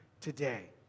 today